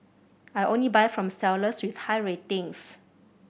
I only buy from sellers with high ratings